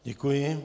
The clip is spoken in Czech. Děkuji.